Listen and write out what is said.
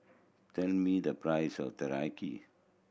tell me the price of Teriyaki